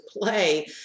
play